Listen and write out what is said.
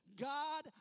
God